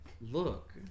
look